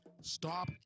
Stop